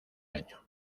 año